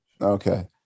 Okay